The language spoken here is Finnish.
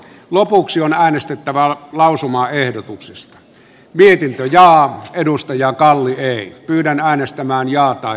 lopuksi on päätettävä lausumaehdotuksesta viety ja edustajanpalli ei pyydä äänestämään ja jo